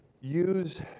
use